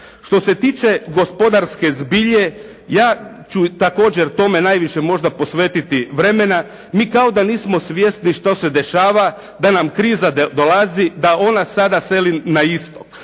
Što se tiče gospodarske zbilje, ja ću također tome najviše možda posvetiti vremena. Mi kao da nismo svjesni što se dešava, da nam kriza dolazi, da ona sada seli na istok.